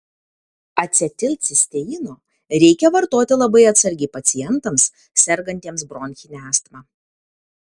acetilcisteino reikia vartoti labai atsargiai pacientams sergantiems bronchine astma